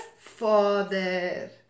Father